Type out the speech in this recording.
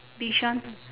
bishan